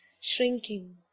shrinking